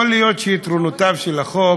יכול להיות שיתרונותיו של החוק,